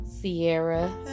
Sierra